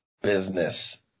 business